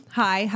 hi